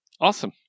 awesome